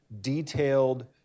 detailed